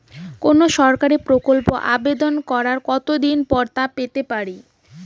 কোনো সরকারি প্রকল্পের আবেদন করার কত দিন পর তা পেতে পারি?